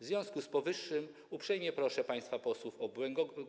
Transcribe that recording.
W związku z powyższym uprzejmie proszę państwa posłów o